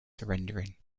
surrendering